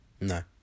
No